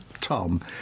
Tom